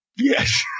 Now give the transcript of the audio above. Yes